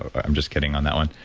i'm just kidding on that one.